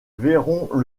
verront